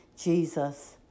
Jesus